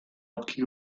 occhi